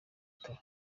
bitaro